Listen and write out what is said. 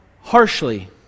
harshly